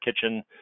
kitchen